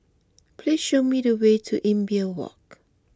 please show me the way to Imbiah Walk